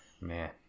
man